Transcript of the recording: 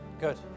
Good